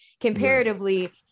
Comparatively